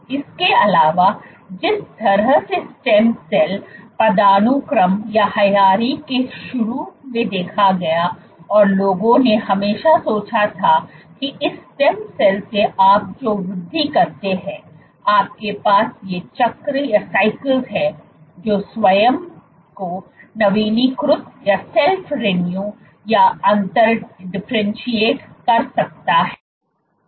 इसके अलावा जिस तरह से स्टेम सेल पदानुक्रम को शुरू में देखा गया और लोगों ने हमेशा सोचा था कि इस स्टेम सेल से आप जो वृद्धि करते हैं आपके पास ये चक्र हैं जो स्वयं को नवीनीकृत या अंतर कर सकता है